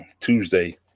tuesday